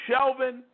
Shelvin